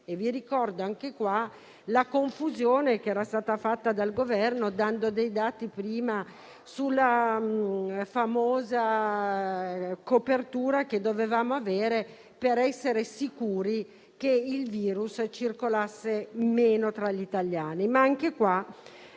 Ricordo, anche qui, la confusione fatta dal Governo, dando i dati sulla famosa copertura che dovevamo avere per essere sicuri che il virus circolasse meno tra gli italiani.